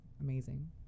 amazing